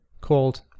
called